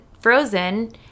Frozen